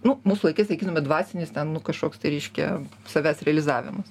nu mūsų laikais sakytume dvasinis ten nu kažkoks tai reiškia savęs realizavimas